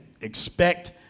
Expect